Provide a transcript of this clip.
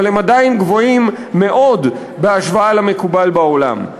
אבל הם עדיין גבוהים מאוד בהשוואה למקובל בעולם.